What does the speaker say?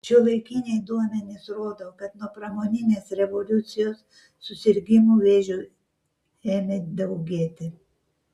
šiuolaikiniai duomenys rodo kad nuo pramoninės revoliucijos susirgimų vėžiu ėmė daugėti